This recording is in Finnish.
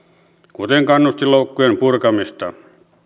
kuten kannustinloukkujen purkamista